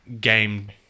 game